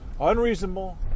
unreasonable